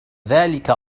ذلك